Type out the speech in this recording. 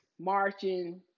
marching